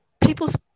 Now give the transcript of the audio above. People's